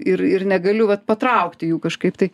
ir ir negaliu vat patraukti jų kažkaip tai